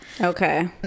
Okay